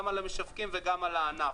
גם על המשווקים וגם על הענף.